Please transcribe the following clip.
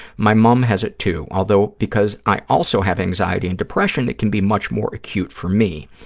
my mum has it, too, although because i also have anxiety and depression, it can be much more acute for me.